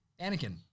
Anakin